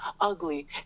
ugly